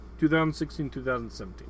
2016-2017